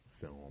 film